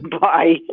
Bye